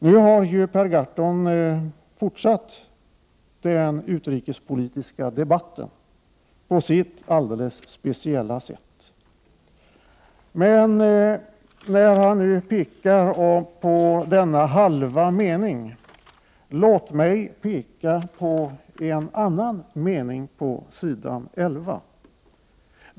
Nu har Per Gahrton fortsatt den utrikespolitiska debatten på sitt speciella sätt. Men när han nu pekar på en halv mening, låt mig peka på en annan mening på s. 11.